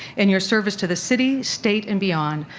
and your service to the city, state and beyond,